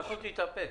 אפשר להמשיך?